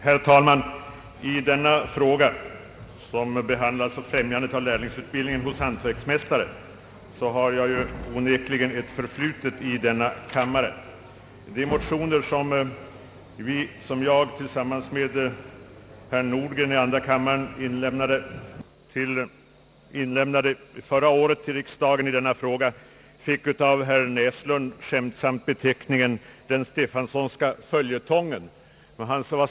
Herr talman! I denna fråga, lärlingsutbildning hos hantverksmästare m.m., har jag onekligen ett förflutet i denna kammare. De motioner som jag och herr Nordgren i andra kammaren inlämnade till riksdagen förra året betecknades av herr Näsström skämtsamt som den Stefansonska följetongen.